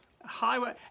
Highway